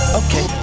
okay